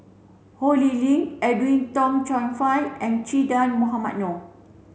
Ho Lee Ling Edwin Tong Chun Fai and Che Dah Mohamed Noor